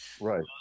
Right